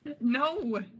No